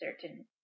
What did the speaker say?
certain